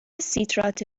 سیتراته